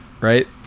right